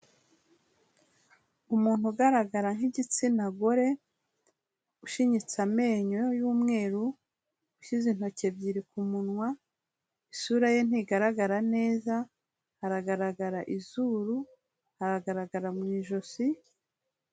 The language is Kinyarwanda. Umuntu ugaragara nk'igitsina gore, ushinyitse amenyo y'umweru, ushyize intoki ebyiri ku munwa, isura ye ntigaragara neza, haragaragara izuru, haragaragara mu ijosi.